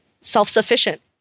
self-sufficient